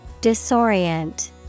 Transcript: Disorient